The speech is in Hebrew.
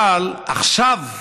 אבל עכשיו,